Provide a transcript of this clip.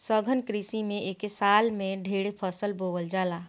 सघन कृषि में एके साल में ढेरे फसल बोवल जाला